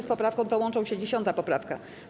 Z poprawką tą łączy się 10. poprawka.